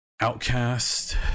Outcast